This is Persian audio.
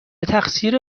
تقصیر